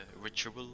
ritual